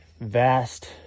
Vast